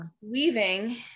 weaving